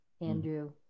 Andrew